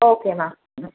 okay ma'am ம்